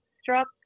struck